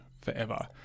forever